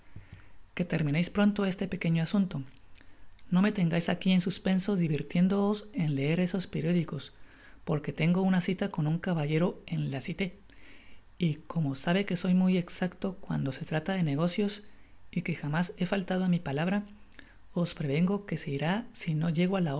que termineis pronto este pequeño asunto no me tengais aqui en suspenso di vertiéndoos en leer esos periódicos porque tengo uua cita con un caballero en la cité y como sabe que soy muy exacto cuando se trata de negocios y que jamás he faltado á mi palabra os prevengo que se irá si no llego á la